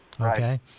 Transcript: Okay